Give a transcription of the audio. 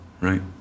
right